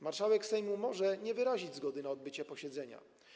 Marszałek Sejmu może nie wyrazić zgody na odbycie posiedzenia.